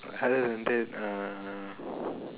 other than that uh